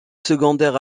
secondaire